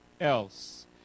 else